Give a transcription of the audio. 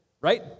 right